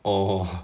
oh oh